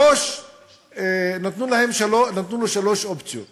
נתנו לו שלוש אופציות